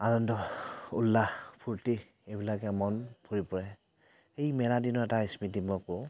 আনন্দ উল্লাস ফূৰ্তি এইবিলাকে মন ভৰি পৰে এই মেলা দিনৰ এটা স্মৃতি মই কওঁ